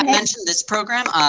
um mention this program,